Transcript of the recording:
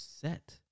set